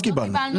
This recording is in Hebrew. לא קיבלנו.